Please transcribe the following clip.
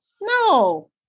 no